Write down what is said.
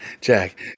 Jack